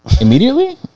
Immediately